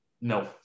No